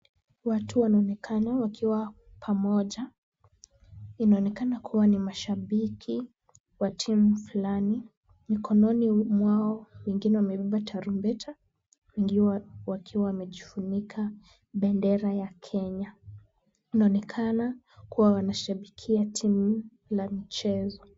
Watu wanaonekana wakiwa pamoja. Inaonekana kuwa ni mashabiki wa timu fulani. Mikononi mwao wengine wamebeba tarubeta, wengine wakiwa wamejifunika bendera ya Kenya. Wanaonekana kuwa wanashabikia timu la michezo.